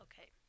Okay